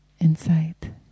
insight